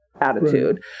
attitude